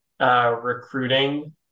recruiting